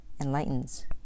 enlightens